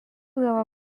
gavo